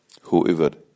Whoever